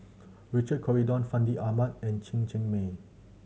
Richard Corridon Fandi Ahmad and Chen Cheng Mei